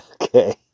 Okay